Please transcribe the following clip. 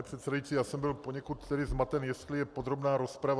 Pane předsedající, já jsem byl poněkud zmaten, jestli je podrobná rozprava.